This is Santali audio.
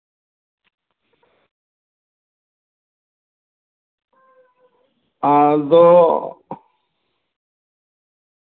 ᱟᱫᱚ